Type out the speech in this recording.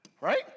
Right